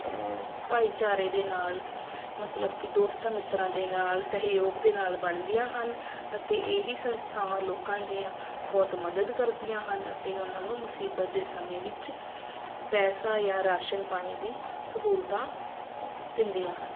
ਭਾਈਚਾਰੇ ਦੇ ਨਾਲ ਮਤਲਬ ਕਿ ਦੋਸਤਾਂ ਮਿੱਤਰਾਂ ਦੇ ਨਾਲ ਸਹਿਯੋਗ ਦੇ ਨਾਲ ਬਣਦੀਆਂ ਹਨ ਅਤੇ ਇਹੀ ਸੰਸਥਾਵਾਂ ਲੋਕਾਂ ਦੀਆਂ ਬਹੁਤ ਮਦਦ ਕਰਦੀਆਂ ਹਨ ਅਤੇ ਉਹਨਾਂ ਨੂੰ ਮੁਸੀਬਤ ਦੇ ਸਮੇਂ ਵਿੱਚ ਪੈਸਾ ਜਾਂ ਰਾਸ਼ਨ ਪਾਣੀ ਦੀ ਸਹੂਲਤਾਂ ਦਿੰਦੀਆਂ ਹਨ